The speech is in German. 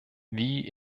wie